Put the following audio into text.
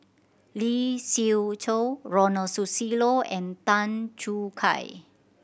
Lee Siew Choh Ronald Susilo and Tan Choo Kai